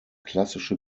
klassische